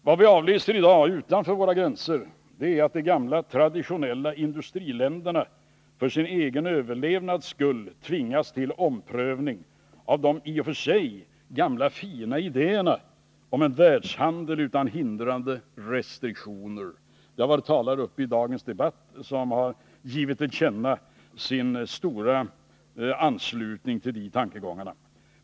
Vad vi avläser i dag utanför våra gränser är att de gamla traditionella industriländerna för sin egen överlevnads skull tvingas till omprövning av de i och för sig gamla fina idéerna om en världshandel utan hindrande restriktioner. En talare i dagens debatt har gett till känna sin fulla anslutning till de tankegångarna.